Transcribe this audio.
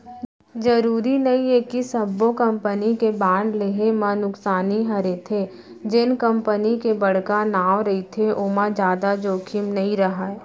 जरूरी नइये कि सब्बो कंपनी के बांड लेहे म नुकसानी हरेथे, जेन कंपनी के बड़का नांव रहिथे ओमा जादा जोखिम नइ राहय